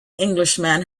englishman